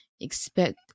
expect